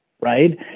right